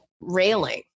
railing